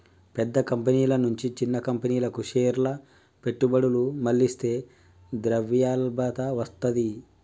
పెద్ద కంపెనీల నుంచి చిన్న కంపెనీలకు షేర్ల పెట్టుబడులు మళ్లిస్తే ద్రవ్యలభ్యత వత్తది